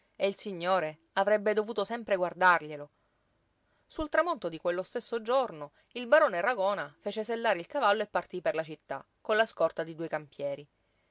e il signore avrebbe dovuto sempre guardarglielo sul tramonto di quello stesso giorno il barone ragona fece sellare il cavallo e partí per la città con la scorta di due campieri